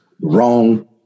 wrong